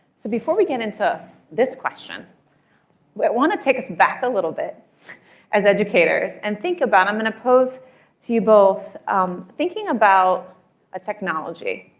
so before we get into this question, i want to take us back a little bit as educators and think about i'm going to pose to you both thinking about a technology